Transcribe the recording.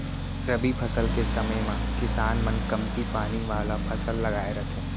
रबी फसल के समे म किसान मन कमती पानी वाला फसल लगाए रथें